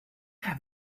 have